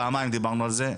פעמיים דיברנו על זה.